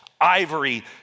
ivory